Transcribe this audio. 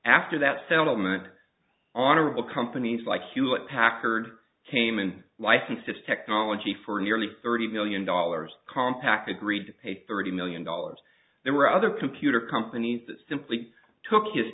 after that settlement honorable companies like hewlett packard came and licensed its technology for nearly thirty million dollars compaq agreed to pay thirty million dollars there were other computer companies that simply took his